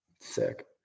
sick